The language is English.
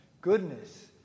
goodness